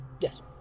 Yes